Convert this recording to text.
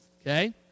okay